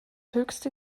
höchste